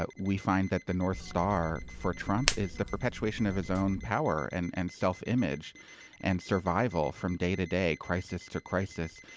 ah we find that the north star for trump is the perpetuation of his own power and and self image and survival from day to day crisis to crisis.